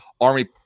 Army